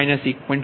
5 1